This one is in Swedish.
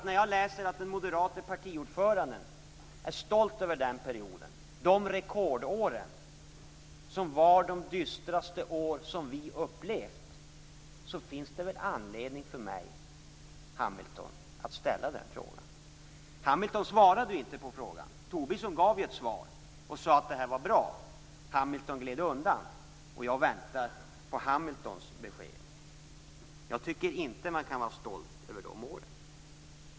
När jag läser att den moderate partiordföranden är stolt över den perioden och dessa rekordår, som var de dystraste år som vi har upplevt, finns det väl anledning för mig att ställa den frågan. Hamilton svarade inte på den. Tobisson gav ett svar. Han sade att det här var bra. Hamilton gled undan. Och jag väntar på Hamiltons besked. Jag tycker inte att man kan vara stolt över dessa år.